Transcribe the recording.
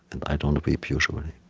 and i don't weep usually.